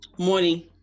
morning